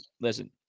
listen